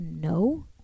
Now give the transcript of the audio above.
No